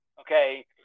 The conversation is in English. okay